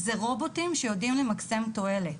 זה רובוטים שיודעים למקסם תועלת.